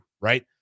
right